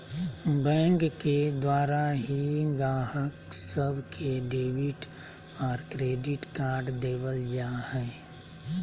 bank के द्वारा ही गाहक सब के डेबिट और क्रेडिट कार्ड देवल जा हय